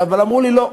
אבל אמרו לי: לא,